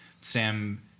Sam